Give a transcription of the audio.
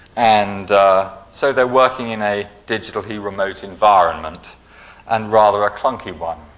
and so they're working in a digitally remote environment and rather a clunky one.